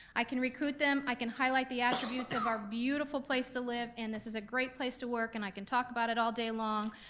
i can recruit them, i can highlight the attributes of our beautiful place to live, and this is a great place to work, and i can talk about it all day long.